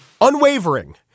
Unwavering